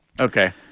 Okay